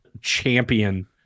champion